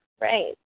right